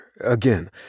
Again